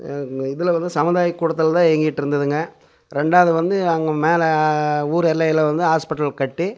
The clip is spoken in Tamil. இதில் வந்து சமுதாயக்கூடத்தில் தான் இயங்கிகிட்ருந்ததுங்க ரெண்டாவது வந்து அங்கே மேலே ஊர் எல்லையில வந்து ஹாஸ்பிட்டல் கட்டி